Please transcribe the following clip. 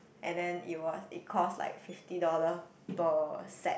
and then it was it cost like fifty dollar per set